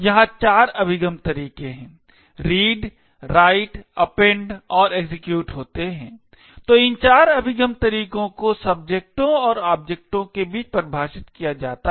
यहाँ चार अभिगम तरीके read write append और execute होते हैं तो इन चार अभिगम तरीकों को सब्जेक्टों और ओब्जेक्टों के बीच परिभाषित किया जाता है